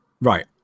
right